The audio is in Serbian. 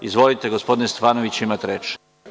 Izvolite, gospodine Stefanoviću, imate reč.